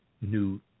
new